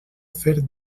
fer